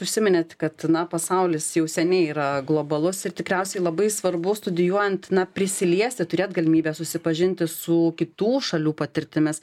užsiminėt kad pasaulis jau seniai yra globalus ir tikriausiai labai svarbu studijuojant na prisiliesti turėt galimybę susipažinti su kitų šalių patirtimis